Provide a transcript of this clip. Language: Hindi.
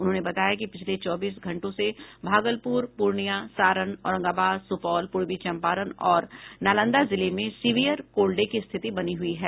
उन्होंने बताया कि पिछले चौबीस घंटों से भागलपुर पूर्णिया सारण औरंगाबाद सुपौल पूर्वी चंपारण और नालंदा जिले में सीवियर कोल्ड डे की स्थिति बनी हुई है